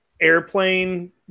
airplane